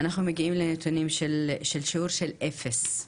אנחנו מגיעים לנתונים בשיעור של אפס,